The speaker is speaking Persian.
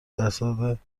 درصد